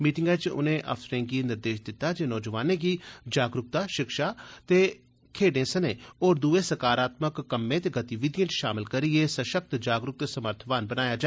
मीटिंगै च उनें अफसरें गी निर्देश दित्ता जे नौजवानें गी जागरूकता शिक्षा ते खेड्डें सनें होर दुए सकारात्मक कम्मै ते गतिविधिएं च शामल करियै सशक्त जागरूक ते समर्थवान बनाया जा